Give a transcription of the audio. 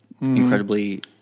incredibly